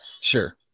sure